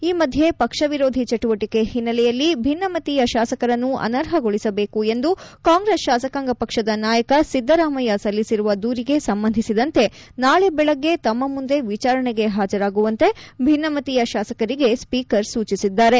ಈ ಮಧ್ಯೆ ಪಕ್ಷ ವಿರೋಧಿ ಚಟುವಟಿಕೆ ಹಿನ್ನೆಲೆಯಲ್ಲಿ ಭಿನ್ನಮತೀಯ ಶಾಸಕರನ್ನು ಅನರ್ಹಗೊಳಿಸಬೇಕು ಎಂದು ಕಾಂಗ್ರೆಸ್ ಶಾಸಕಾಂಗ ಪಕ್ಷದ ನಾಯಕ ಸಿದ್ಧರಾಮಯ್ಯ ಸಲ್ಲಿಸಿರುವ ದೂರಿಗೆ ಸಂಬಂಧಿಸಿದಂತೆ ನಾಳೆ ಬೆಳಗ್ಗೆ ತಮ್ಮ ಮುಂದೆ ವಿಚಾರಣೆಗೆ ಹಾಜರಾಗುವಂತೆ ಭಿನ್ನಮತೀಯ ಶಾಸಕರಿಗೆ ಸ್ಪೀಕರ್ ಸೂಚಿಸಿದ್ದಾರೆ